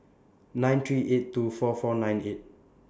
nine three eight two four four nine eight